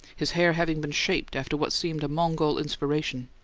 his hair having been shaped after what seemed a mongol inspiration.